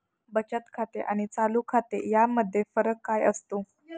बचत खाते आणि चालू खाते यामध्ये फरक काय असतो?